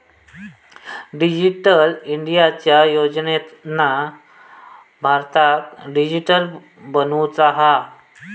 digital इंडियाच्या योजनेतना भारताक डीजिटली बनवुचा हा